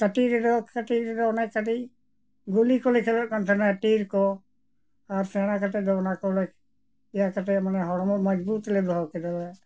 ᱠᱟᱹᱴᱤᱡ ᱨᱮᱫᱚ ᱠᱟᱹᱴᱤᱡ ᱨᱮᱫᱚ ᱚᱱᱟ ᱠᱟᱹᱴᱤᱡ ᱜᱩᱞᱤ ᱠᱚᱞᱮ ᱠᱷᱮᱞᱳᱜ ᱠᱟᱱ ᱛᱟᱦᱮᱱᱟ ᱴᱤᱨ ᱠᱚ ᱟᱨ ᱥᱮᱬᱟ ᱠᱟᱛᱮ ᱫᱚ ᱚᱱᱟ ᱠᱚᱞᱮ ᱤᱭᱟᱹ ᱠᱟᱛᱮ ᱢᱟᱱᱮ ᱦᱚᱲᱢᱚ ᱢᱚᱡᱵᱩᱛ ᱞᱮ ᱫᱚᱦᱚ ᱠᱮᱫᱟ